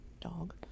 dog